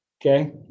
Okay